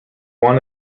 one